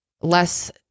less